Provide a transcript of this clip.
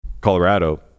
Colorado